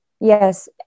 Yes